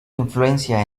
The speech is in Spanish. influencia